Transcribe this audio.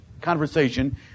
conversation